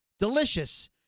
Delicious